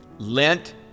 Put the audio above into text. lent